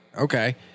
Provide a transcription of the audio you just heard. okay